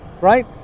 right